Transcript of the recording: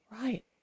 Right